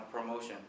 promotion